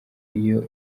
iyo